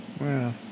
Wow